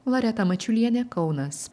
loreta mačiulienė kaunas